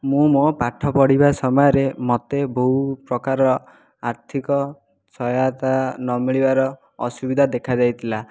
ମୁଁ ମୋ ପାଠ ପଢ଼ିବା ସମୟରେ ମୋତେ ବହୁ ପ୍ରକାରର ଆର୍ଥିକ ସହାୟତା ନ ମିଳିବାର ଅସୁବିଧା ଦେଖାଦେଇଥିଲା